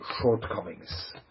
shortcomings